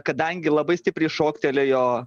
kadangi labai stipriai šoktelėjo